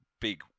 big